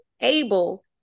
able